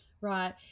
Right